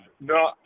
No